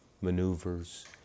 maneuvers